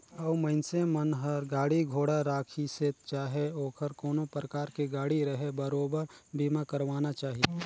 अउ मइनसे मन हर गाड़ी घोड़ा राखिसे चाहे ओहर कोनो परकार के गाड़ी रहें बरोबर बीमा करवाना चाही